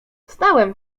stałem